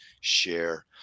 share